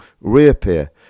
reappear